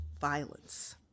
violence